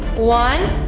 one.